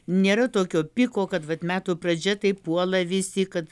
nėra tokio piko kad vat metų pradžia taip puola visi kad